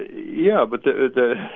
yeah, but the